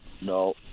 no